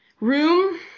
room